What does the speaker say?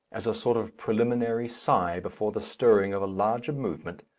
as a sort of preliminary sigh before the stirring of a larger movement,